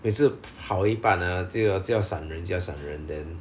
每次跑一半 ah 就要就要闪人就要闪人 then